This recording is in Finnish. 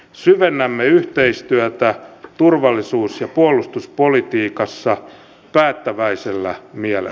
syvennämme yhteistyötä turvallisuus ja puolustuspolitiikassa päättäväisellä mie